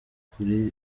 kuri